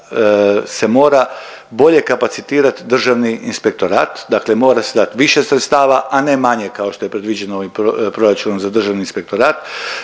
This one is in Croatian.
se mora bolje kapacitirati Državni inspektorat, dakle mora se dati više sredstava a ne manje kao što je predviđeno ovim proračunom za Državni inspektorat,